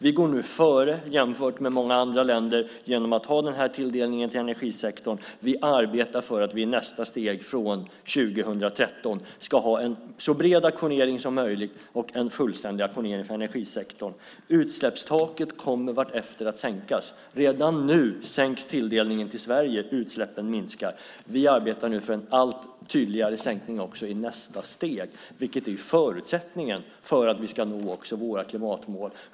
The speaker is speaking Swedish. Vi går nu jämfört med många andra länder före genom att ha tilldelningen till energisektorn. Vi arbetar för att vi i nästa steg från 2013 ska ha en så bred auktionering som möjligt och en fullständig auktionering från energisektorn. Utsläppstaket kommer vartefter att sänkas. Redan nu sänks tilldelningen till Sverige, och utsläppen minskar. Vi arbetar nu för en allt tydligare sänkning också i nästa steg, vilket är förutsättningen för att vi ska nå också våra klimatmål.